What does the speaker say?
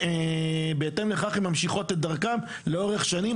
בהתאם לכך הן ממשיכות את דרכן לאורך שנים,